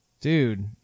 Dude